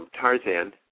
Tarzan